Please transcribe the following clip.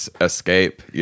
escape